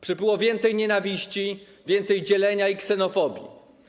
Przybyło więcej nienawiści, więcej dzielenia i ksenofobii.